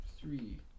three